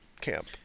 camp